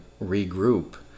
regroup